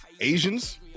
Asians